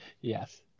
Yes